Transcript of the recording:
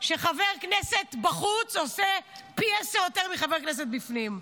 שחבר כנסת בחוץ עושה פי עשרה יותר מחבר כנסת בפנים.